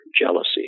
jealousy